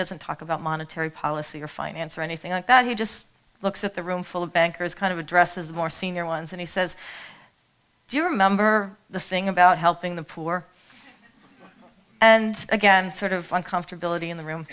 doesn't talk about monetary policy or finance or anything like that he just looks at the room full of bankers kind of addresses the more senior ones and he says do you remember the thing about helping the poor and again sort of comfortability in the room